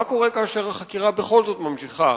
מה קורה כאשר החקירה בכל זאת נמשכת,